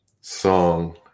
song